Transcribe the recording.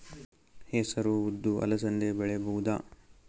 ಹೆಸರು ಉದ್ದು ಅಲಸಂದೆ ಬೆಳೆಯಬಹುದಾ?